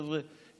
חבר'ה,